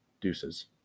Deuces